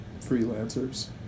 Freelancers